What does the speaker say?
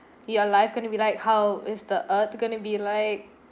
your life going to be like how is the earth going to be like